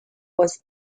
was